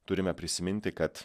turime prisiminti kad